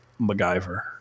MacGyver